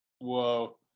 Whoa